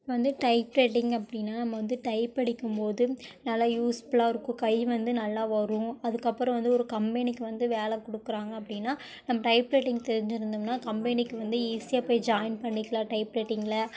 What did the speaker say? இப்போ வந்து டைப்ரைட்டிங் அப்படின்னா நம்ம வந்து டைப் அடிக்கும்போது நல்ல யூஸ்ஃபுல்லாக இருக்கும் கை வந்து நல்லா வரும் அதுக்கப்பறம் வந்து ஒரு கம்பெனிக்கு வந்து வேலை கொடுக்குறாங்க அப்படின்னா நம்ம டைப்ரைட்டிங் தெரிஞ்சிருந்தமுன்னால் கம்பெனிக்கு வந்து ஈஸியாக போய் ஜாயின் பண்ணிக்கலாம் டைப்ரைட்டிங்கில்